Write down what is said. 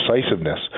decisiveness